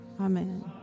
Amen